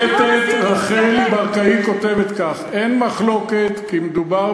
השופטת רחל ברקאי כותבת כך: "אין מחלוקת כי מדובר